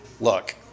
look